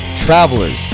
Travelers